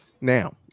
Now